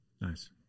Nice